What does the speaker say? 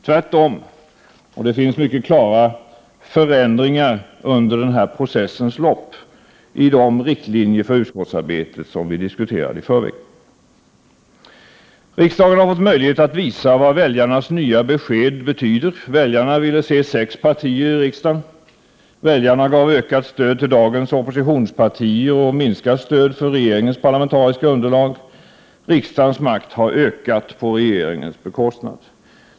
Tvärtom — det har under loppet av denna process inträffat mycket klara förändringar i de riktlinjer för utskottsarbetet som vi diskuterade i förväg. Riksdagen har fått möjlighet att visa vad väljarnas nya besked betyder. Väljarna ville se sex partier i riksdagen. Väljarna gav ökat stöd till dagens oppositionspartier och minskat stöd för regeringens parlamentariska underlag. Riksdagens makt har ökat på regeringens bekostnad.